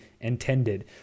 intended